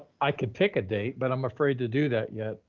i could pick a date but i'm afraid to do that yet.